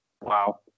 wow